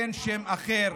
אין שם אחר.